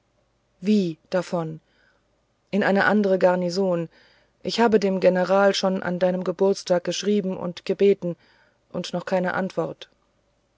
wie davon in eine andere garnison ich habe dem general schon an deinem geburtstag geschrieben und gebeten und noch keine antwort